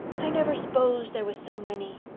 i never s'posed there was so many.